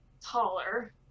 taller